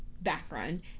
background